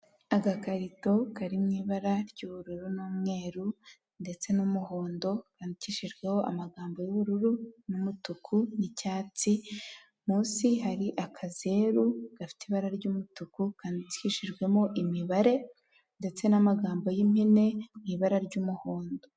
Agakarito kari mu ibara ry'ubururu n'umweru ndetse n'umuhondo, kandikishijweho amagambo y'ubururu n'umutuku n'icyatsi, munsi hari akazeru gafite ibara ry'umutuku, kandikishijwemo imibare ndetse n'amagambo y'impine mu ibara ry'umuhondo.